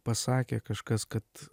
pasakė kažkas kad